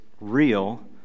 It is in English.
real